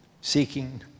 seeking